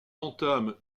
entament